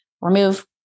remove